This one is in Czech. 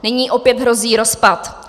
Nyní opět hrozí rozpad.